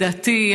דתי,